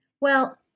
Well-